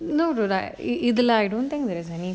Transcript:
no do like it either lah I don't think there's any